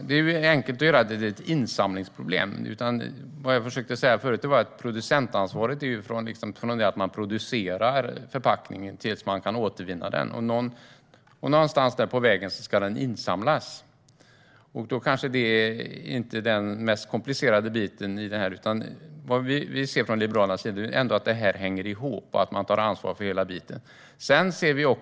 Det är enkelt att göra det till ett insamlingsproblem. Vad jag försökte säga förut var att producentansvaret gäller från det att man producerar förpackningen tills man kan återvinna den. Någonstans där på vägen ska den samlas in, och det är kanske inte den mest komplicerade biten. Liberalerna anser att detta hänger ihop och att ansvar ska tas för hela biten.